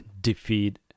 defeat